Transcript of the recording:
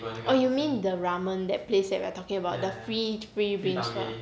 oh you mean the ramen that place that we're talking about the free free bean sprout lah